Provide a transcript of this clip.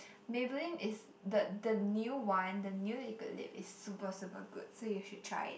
Maybelline is the the new one the new liquid lips is super super good so you should try it